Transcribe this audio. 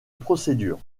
procédure